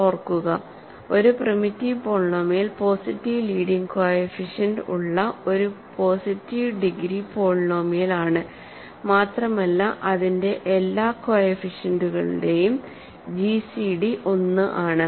ഓർക്കുക ഒരു primitive polynomial positive leading coefficient ഉള്ള ഒരു പോസിറ്റീവ് ഡിഗ്രി പോളിനോമിയലാണ് മാത്രമല്ല അതിന്റെ എല്ലാ കോഎഫിഷ്യന്റുകളുടെയും ജിസിഡി 1 ആണ്